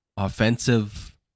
Offensive